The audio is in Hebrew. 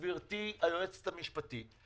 גברתי היועצת המשפטית,